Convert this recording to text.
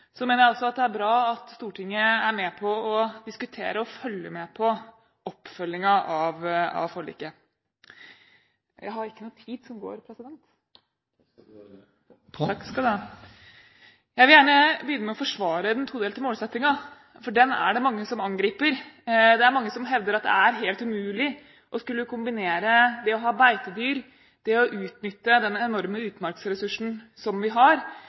Så mener jeg også at det er bra at Stortinget er med på å diskutere og følge med på oppfølgingen av forliket. Det er ingen klokke som går, president. Det skal vi ordne. Takk, president. Jeg vil gjerne begynne med å forsvare den todelte målsettingen, for den er det mange som angriper. Det er mange som hevder at det er helt umulig å skulle kombinere det å ha beitedyr, det å utnytte hele denne utmarksressursen som vi har,